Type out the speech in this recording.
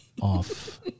off